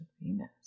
Venus